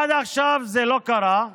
עד עכשיו זה לא קרה,